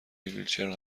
ویلچر